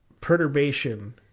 Perturbation